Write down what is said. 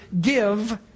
give